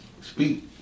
speak